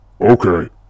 okay